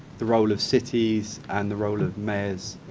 the role of cities and the role of mayors.